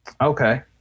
okay